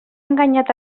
enganyat